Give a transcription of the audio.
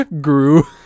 Gru